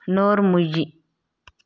నోరుముయ్యి